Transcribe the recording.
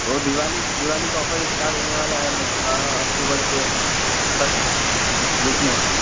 तो दिवाली दिवाली का offer start होने वाला है मतलब अक्टूबर के फर्स्ट वीक